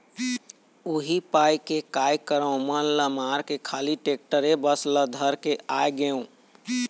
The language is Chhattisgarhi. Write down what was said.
उही पाय के काय करँव मन ल मारके खाली टेक्टरे बस ल धर के आगेंव